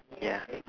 ya